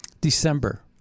December